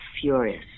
furious